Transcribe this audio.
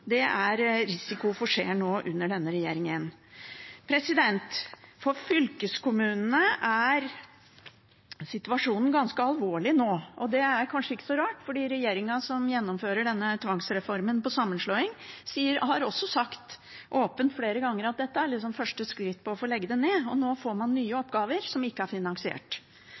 er en risiko for skjer nå under denne regjeringen. For fylkeskommunene er situasjonen ganske alvorlig nå. Det er kanskje ikke så rart, for regjeringen, som gjennomfører denne tvangsreformen for sammenslåing, har også sagt åpent, flere ganger, at dette er første skritt i å legge ned fylkeskommunene. Nå får man nye oppgaver som ikke er finansiert.